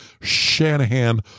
Shanahan